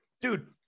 Dude